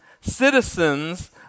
citizens